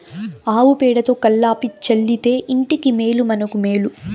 ఆవు పేడతో కళ్లాపి చల్లితే ఇంటికి మేలు మనకు మేలు